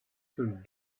could